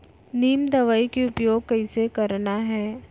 नीम दवई के उपयोग कइसे करना है?